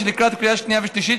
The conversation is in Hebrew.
לקראת קריאה שנייה ושלישית,